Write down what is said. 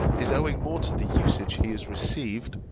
is owing more to the usage he has received,